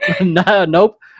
nope